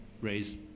raise